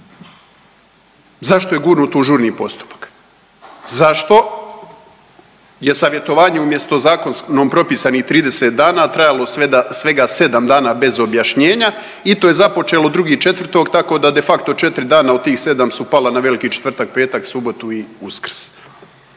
Zašto je gurnut u žurni postupak? Zašto je savjetovanje umjesto zakonom propisnih 30 dana trajalo svega 7 dana bez objašnjenja i to je započelo 2.4., tako da defacto 4 dana u tih 7 su pala na Veliki četvrtak, petak, subotu i Uskrs?